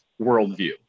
worldview